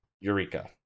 Eureka